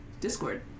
discord